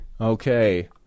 okay